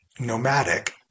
nomadic